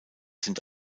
sind